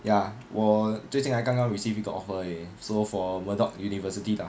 ya 我最近还刚刚 receive 一个 offer 而已 so for murdoch university 的